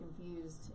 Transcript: confused